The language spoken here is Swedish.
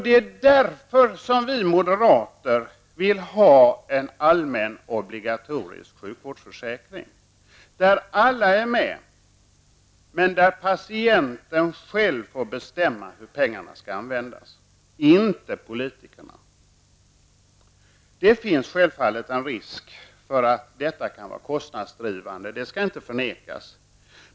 Det är därför som vi moderater vill ha en allmän obligatorisk sjukvårdsförsäkring där alla är med, men där patienten själv får bestämma hur pengarna skall användas, inte politikerna. Det finns självfallet en risk för att detta kan vara kostnadsdrivande, det skall inte förnekas.